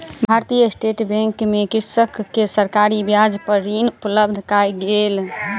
भारतीय state bank मे कृषक के सरकारी ब्याज पर ऋण उपलब्ध कयल गेल